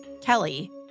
Kelly